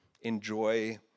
enjoy